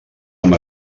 amb